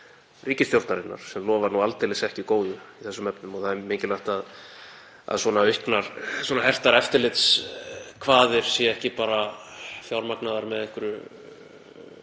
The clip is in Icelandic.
ríkisstjórnarinnar sem lofar nú aldeilis ekki góðu í þeim efnum. Það er mikilvægt að svona hertar eftirlitskvaðir séu ekki bara fjármagnaðar með einhverju